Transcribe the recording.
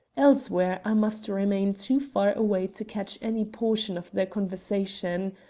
elsewhere i must remain too far away to catch any portion of their conversation.